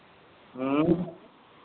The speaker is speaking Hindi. ह्म्म